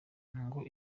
ngo